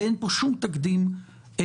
וגם אין פה שום תקדים לעתיד.